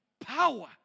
power